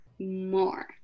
more